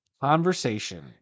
conversation